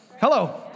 Hello